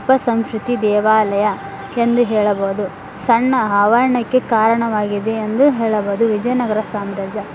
ಉಪ ಸಂಶ್ರುತಿ ದೇವಾಲಯ ಎಂದು ಹೇಳಬೋದು ಸಣ್ಣ ಆವರಣಕ್ಕೆ ಕಾರಣವಾಗಿದೆ ಎಂದು ಹೇಳಬೋದು ವಿಜಯನಗರ ಸಾಮ್ರಾಜ್ಯ